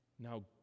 Now